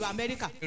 America